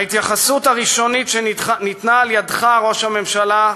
ההתייחסות הראשונית שניתנה על-ידיך, ראש הממשלה,